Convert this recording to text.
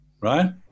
Right